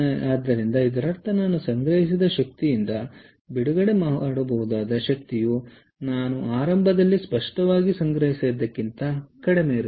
ಆದ್ದರಿಂದ ಇದರರ್ಥ ನಾನು ಸಂಗ್ರಹಿಸಿದ ಶಕ್ತಿಯಿಂದ ಬಿಡುಗಡೆ ಮಾಡಬಹುದಾದ ಶಕ್ತಿಯು ನಾನು ಆರಂಭದಲ್ಲಿ ಸ್ಪಷ್ಟವಾಗಿ ಸಂಗ್ರಹಿಸಿದ್ದಕ್ಕಿಂತ ಕಡಿಮೆ ಇರುತ್ತದೆ